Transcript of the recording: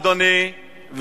אדוני,